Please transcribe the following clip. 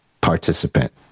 participant